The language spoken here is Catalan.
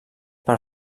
per